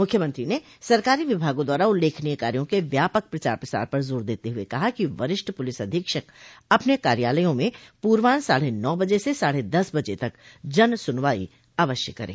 मुख्यमंत्री ने सरकारी विभागों द्वारा उल्लेखनीय कार्यों के व्यापक प्रचार प्रसार पर जोर देते हुये कहा कि वरिष्ठ पुलिस अधीक्षक अपन कार्यालयों में पूर्वान्ह साढे नौ बजे से साढ़े दस बजे तक जन सुनवाई अवश्य करें